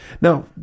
Now